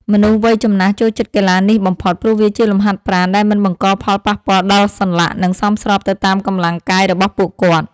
មនុស្សវ័យចំណាស់ចូលចិត្តកីឡានេះបំផុត ព្រោះវាជាលំហាត់ប្រាណដែលមិនបង្កផលប៉ះពាល់ដល់សន្លាក់ និងសមស្របទៅតាមកម្លាំងកាយរបស់ពួកគាត់។